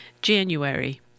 January